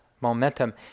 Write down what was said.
momentum